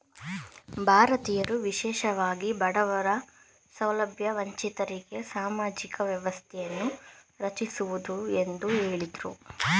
ಭಾರತೀಯರು ವಿಶೇಷವಾಗಿ ಬಡವರ ಸೌಲಭ್ಯ ವಂಚಿತರಿಗೆ ಸಾಮಾಜಿಕ ವ್ಯವಸ್ಥೆಯನ್ನು ರಚಿಸುವುದು ಎಂದು ಹೇಳಿದ್ರು